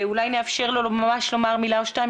אולי נאפשר לו לומר מילה או שתיים,